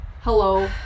hello